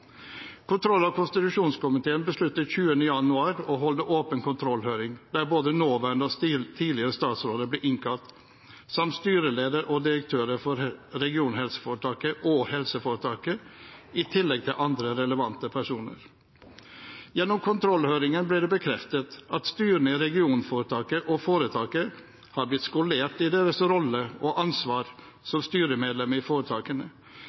Kontroll- og konstitusjonskomiteen besluttet 20. januar å holde åpen kontrollhøring, der både nåværende og tidligere statsråder ble innkalt samt styreleder og direktører for regionhelseforetaket og helseforetaket, i tillegg til andre relevante personer. Gjennom kontrollhøringen ble det bekreftet at styrene i regionforetaket og foretaket har blitt skolert i sine roller og ansvar som styremedlem i foretakene.